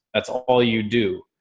that's all you do.